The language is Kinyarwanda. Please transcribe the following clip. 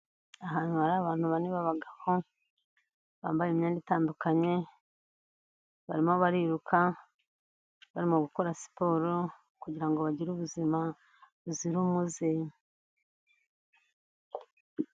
Ahantu hari abantu bane b'abagabo, bambaye imyenda itandukanye, barimo bariruka, barimo gukora siporo, kugira ngo bagire ubuzima buzira umuze.